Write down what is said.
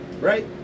right